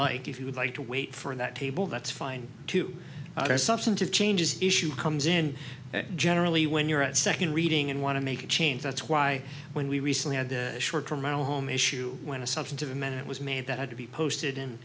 like if you would like to wait for that table that's fine too substantive changes issue comes in generally when you're at second reading and want to make a change that's why when we recently had the short term home issue when a substantive amendment was made that had to be posted in